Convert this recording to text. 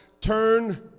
turn